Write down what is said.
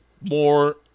more